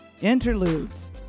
Interludes